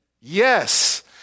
Yes